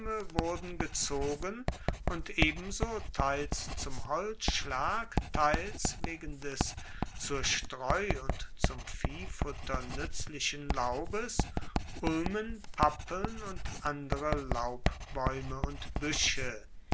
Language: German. wurden gezogen und ebenso teils zum holzschlag teils wegen des zur streu und zum viehfutter nuetzlichen laubes ulmen pappeln und andere laubbaeume und buesche